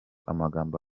amagambo